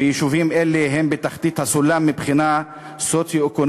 ויישובים אלה הם בתחתית הסולם מבחינה סוציו-אקונומית,